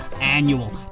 annual